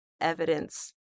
evidence